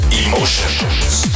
emotions